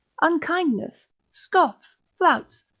unkindness, scoffs, flouts,